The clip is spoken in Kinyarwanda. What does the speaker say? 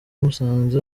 musanze